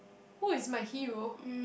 who is my hero